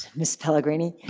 ms. pellegrini?